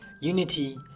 Unity